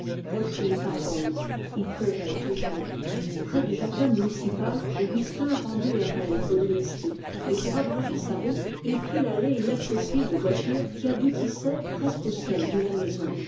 repris par l'ombre il pleuvait toujours près du jardin municipal augustin rendit les rênes au domestique et pour abréger sa route il prit l'allée inaccessible aux voitures qui aboutissait presque au seuil de la maison